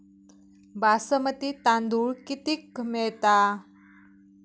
बासमती तांदूळ कितीक मिळता?